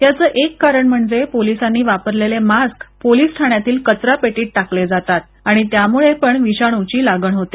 याच एक कारण म्हणजे पोलिसांनी वापरलेले मास्क पोलीस ठाण्यातील कचरा पेटित टाकले जातात आणि त्यामुळे पण विषाणूची लागण होते